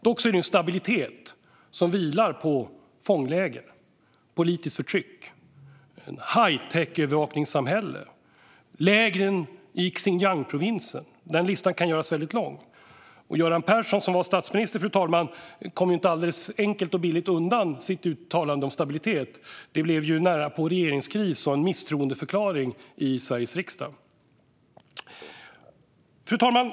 Det är dock en stabilitet som vilar på fångläger, politiskt förtryck, ett hightechövervakningssamhälle, lägren i Xinjiangprovinsen - listan kan göras väldigt lång. Göran Persson, som var statsminister, kom inte alldeles enkelt och billigt undan sitt uttalande om stabilitet. Det blev närapå regeringskris och en misstroendeförklaring i Sveriges riksdag. Fru talman!